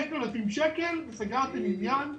5,000 שקלים, וסגרתם עניין,